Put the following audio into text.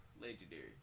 legendary